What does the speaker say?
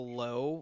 low